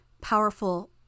powerful